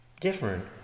different